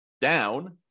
down